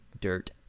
dirt